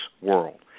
world